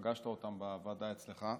שפגשת אותם בוועדה אצלך.